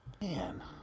Man